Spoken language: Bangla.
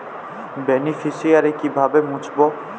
বেনিফিসিয়ারি কিভাবে মুছব?